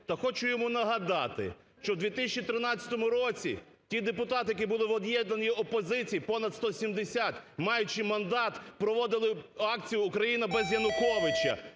То хочу йому нагади, що в 2013 році ті депутати, які були в об'єднаній опозиції, понад 170, маючи мандат проводили акцію "Україна без Януковича".